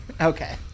okay